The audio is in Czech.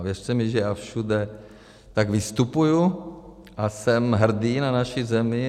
A věřte mi, že já všude tak vystupuji a jsem hrdý na naši zemi.